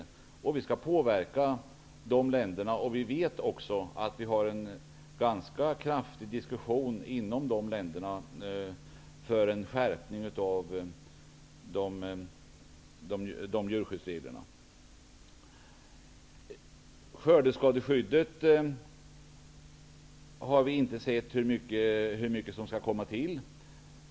Vi skall påverka de länderna. Vidare är det ju bekant att det pågår en ganska kraftfull diskussion i EG länderna till förmån för en skärpning av djurskyddsreglerna. Så något om skördeskadeskyddet. Vi har inte sett hur mycket som skall tillkomma.